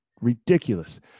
Ridiculous